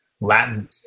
Latin